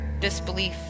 disbelief